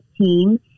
team